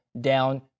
down